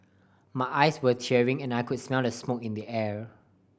my eyes were tearing and I could smell the smoke in the air